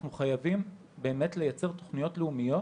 אנחנו חייבים באמת לייצר תוכניות לאומיות